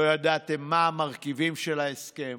לא ידעתם מה המרכיבים של ההסכם,